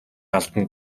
алдана